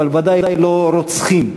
אבל ודאי לא רוצחים.